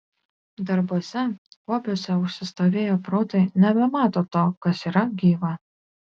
darbuose hobiuose užsistovėję protai nebemato to kas yra gyva